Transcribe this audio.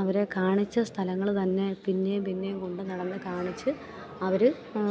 അവരെ കാണിച്ച സ്ഥലങ്ങള് തന്നെ പിന്നെയും പിന്നെയും കൊണ്ടുനടന്ന് കാണിച്ച് അവര്